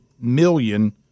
million